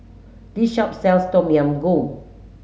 this shop sells Tom Yam Goong